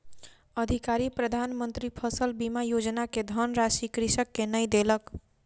अधिकारी प्रधान मंत्री फसल बीमा योजना के धनराशि कृषक के नै देलक